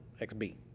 XB